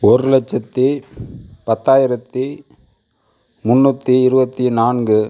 ஒரு லட்சத்து பத்தாயிரத்து முன்னூற்றி இருபத்தி நான்கு